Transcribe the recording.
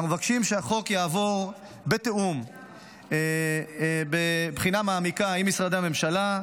אנחנו מבקשים שהחוק יעבור בתיאום ובבחינה מעמיקה עם משרדי הממשלה.